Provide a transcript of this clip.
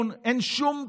אין כיוון, אין שום כיוון,